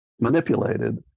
manipulated